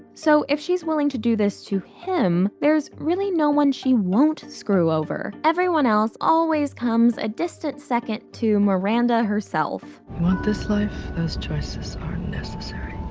so if she's willing to do this to him, there's really no one she won't screw over. everyone else always comes a distant second to miranda herself. you want this life, those choices are necessary.